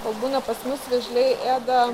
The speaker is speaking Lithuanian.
kol būna pas mus vėžliai ėda